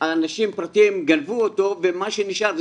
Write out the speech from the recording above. אנשים פרטיים גנבו אותו ומה שנשאר זה